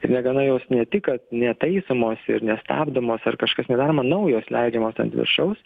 ir negana jos ne tik netaisomos ir nestabdomos ar kažkas negalima naujos leidžiamos ant viršaus